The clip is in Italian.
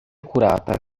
curata